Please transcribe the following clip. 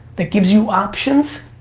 that gives you options,